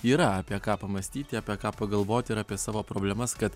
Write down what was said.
yra apie ką pamąstyti apie ką pagalvoti ir apie savo problemas kad